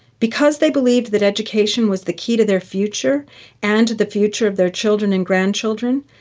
because they believed that education was the key to their future and the future of their children and grandchildren,